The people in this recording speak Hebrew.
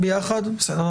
בסדר.